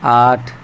آٹھ